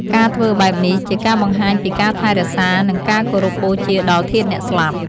ការធ្វើបែបនេះ ជាការបង្ហាញពីការថែរក្សា និងគោរពបូជាដល់ធាតុអ្នកស្លាប់។